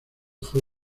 fue